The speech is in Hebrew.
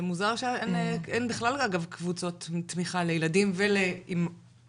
זה מוזר שאין בכלל אגב קבוצת תמיכה לילדים ולהורים.